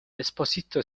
esposito